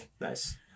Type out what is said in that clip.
Nice